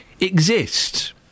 exist